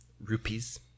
Rupees